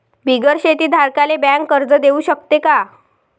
बिगर शेती धारकाले बँक कर्ज देऊ शकते का?